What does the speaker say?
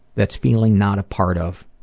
that's feeling not a part of,